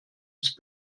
ist